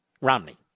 Romney